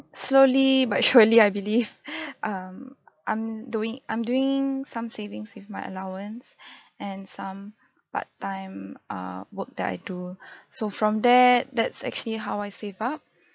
slowly but surely I believe um I'm doing I'm doing some savings with my allowance and some part time err work that I do so from there that's actually how I save up